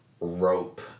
rope